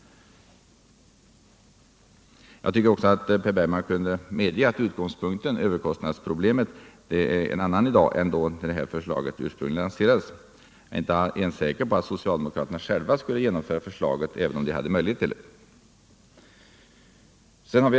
Jag tycker också att Per Bergman borde kunna medge att utgångspunkten, överkostnadsproblemet, är cn annan i dag än då det här förslaget ursprungligen lanserades. Jag är inte ens säker på att socialdemokraterna själva skulle genomföra förslaget, även om de hade möjlighet till det.